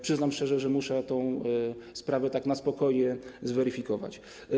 Przyznam szczerze, że muszę tę sprawę na spokojnie zweryfikować.